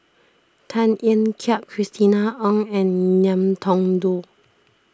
Tan Ean Kiam Christina Ong and Ngiam Tong Dow